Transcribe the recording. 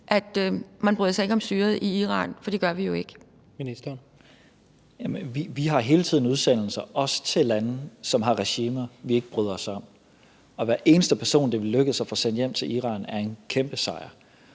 Udlændinge- og integrationsministeren (Mattias Tesfaye): Vi har hele tiden udsendelser, også til lande, som har regimer, vi ikke bryder os om, og hver eneste person, det vil lykkes at få sendt hjem til Iran, er en kæmpe sejr.